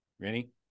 ready